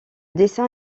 dessin